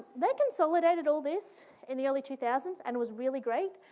they consolidated all this in the early two thousand s, and it was really great,